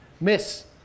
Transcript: miss